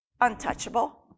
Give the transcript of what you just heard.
Untouchable